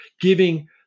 giving